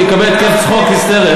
הוא יקבל התקף צחוק היסטרי.